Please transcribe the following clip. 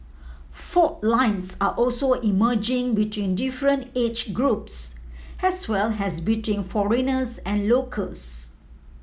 fault lines are also emerging between different age groups as well as between foreigners and locals